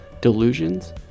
delusions